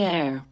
air